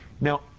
Now